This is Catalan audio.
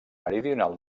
meridional